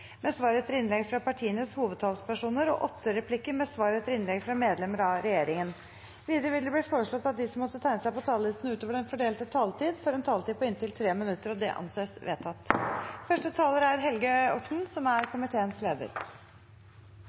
med svar etter innlegg fra partienes hovedtalspersoner og åtte replikker med svar etter innlegg fra medlemmer av regjeringen. Videre blir det foreslått at de som måtte tegne seg på talerlisten utover den fordelte taletid, får en taletid på inntil 3 minutter. – Det anses vedtatt.